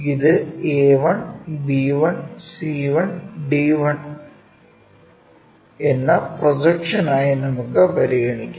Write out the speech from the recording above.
ഇത് a1 b1 c1 d1 എന്ന projection ആയി നമുക്ക് പരിഗണിക്കാം